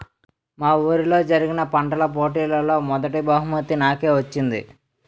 మా వూరిలో జరిగిన పంటల పోటీలలో మొదటీ బహుమతి నాకే వచ్చింది